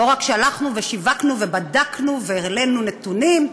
לא רק שהלכנו ושיווקנו ובדקנו והעלינו נתונים,